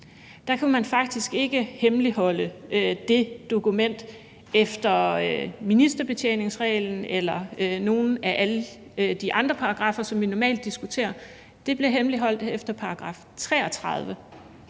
kunne man faktisk ikke hemmeligholde det dokument efter ministerbetjeningsreglen eller nogle af alle de andre paragraffer, som vi normalt diskuterer. Det blev hemmeligholdt efter § 33,